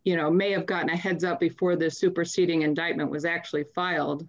you know may have gotten a heads up before this superseding indictment was actually filed